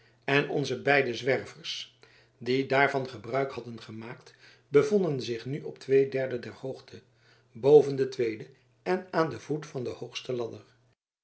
en onze beide zwervers die daarvan gebruik hadden gemaakt bevonden zich nu op twee derden der hoogte boven de tweede en aan den voet van de hoogste ladder